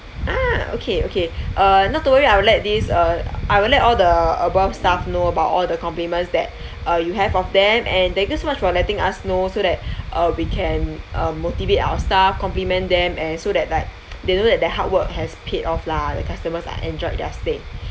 ah okay okay uh not to worry I will let this uh I will let all the above staff know about all the compliments that uh you have of them and thank you so much for letting us know so that uh we can uh motivate our staff compliment them and so that like they know that their hard work has paid off lah the customers are enjoyed their stay